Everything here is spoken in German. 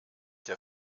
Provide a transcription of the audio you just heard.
der